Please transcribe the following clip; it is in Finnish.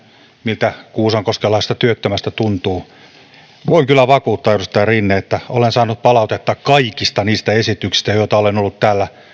miltä kuusankoskelaisesta työttömästä tuntuu voin kyllä vakuuttaa edustaja rinne että olen saanut palautetta kaikista niistä esityksistä joita olen ollut täällä